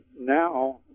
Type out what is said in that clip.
now